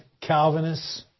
Calvinists